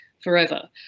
forever